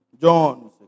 John